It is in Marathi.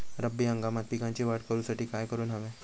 रब्बी हंगामात पिकांची वाढ करूसाठी काय करून हव्या?